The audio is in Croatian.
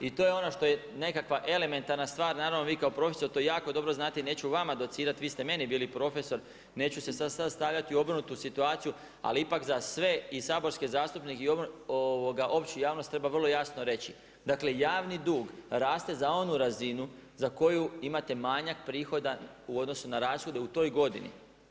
I to je ono što je nekakva elementarna stvar, naravno vi kao profesor to jako dobro znate i neću vama docirati, vi ste meni bili profesor, neću se sada stavljati u obrnutu situaciju ali ipak za sve i saborske zastupnike i opću javnost treba vrlo jasno reći, dakle javni dug raste za onu razinu za koju imate manjak prihoda u odnosu na rashode u toj godini.